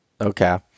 Okay